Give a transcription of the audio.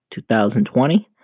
2020